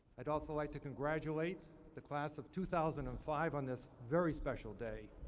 i'd also like to congratulate the class of two thousand and five on this very special day,